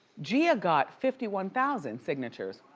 gia ah got fifty one thousand signatures.